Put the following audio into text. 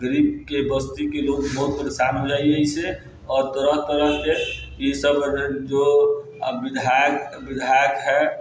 गरीबके बस्तीके लोक बहुत परेशान हो जाइयै एहिसँ आओर तरह तरहके इसभ जो अब विधायक विधायक है